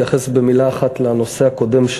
אני כן רוצה להתייחס במילה אחת לנושא הקודם,